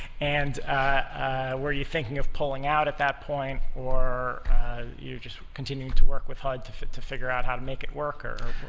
and were you thinking of pulling out at that point, or you just continuing to work with hud to to figure out how to make it work?